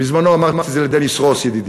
בזמנו אמרתי את זה לדניס רוס, ידידי.